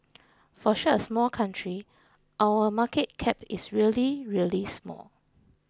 for such a small country our market cap is really really small